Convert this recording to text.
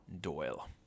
Doyle